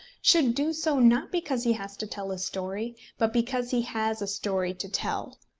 should do so, not because he has to tell a story, but because he has a story to tell.